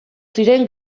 ziren